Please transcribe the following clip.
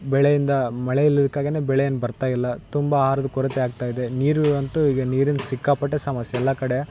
ಬೆಳೆಯಿಂದ ಮಳೆಯಿಲ್ದಕ್ಕಾಗೀನೆ ಬೆಳೆಯೇನು ಬರ್ತಾಯಿಲ್ಲ ತುಂಬ ಆಹಾರ್ದ ಕೊರತೆ ಆಗ್ತಾಯಿದೆ ನೀರು ಅಂತು ಈಗ ನೀರಿಂದು ಸಿಕ್ಕಾಪಟ್ಟೆ ಸಮಸ್ಯೆ ಎಲ್ಲ ಕಡೆ